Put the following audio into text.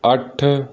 ਅੱਠ